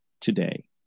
today